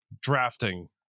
drafting